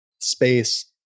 space